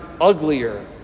uglier